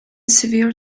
severe